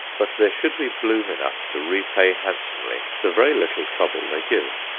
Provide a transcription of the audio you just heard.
but there should be bloom enough to repay handsomely the very little trouble they give.